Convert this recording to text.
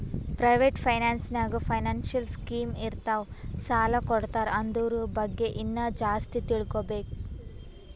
private finance ನಾಗ್ನೂ financial scheme ಇರ್ತಾವ್ ಸಾಲ ಕೊಡ್ತಾರ ಅದುರ್ ಬಗ್ಗೆ ಇನ್ನಾ ಜಾಸ್ತಿ ತಿಳ್ಕೋಬೇಕು